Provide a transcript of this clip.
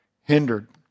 hindered